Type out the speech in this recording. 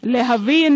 להבין